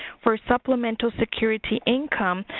for supplemental security income,